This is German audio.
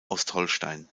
ostholstein